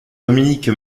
dominique